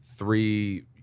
three